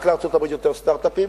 רק לארצות-הברית יותר סטארט-אפים,